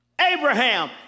Abraham